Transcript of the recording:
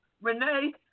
Renee